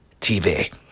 TV